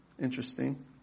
Interesting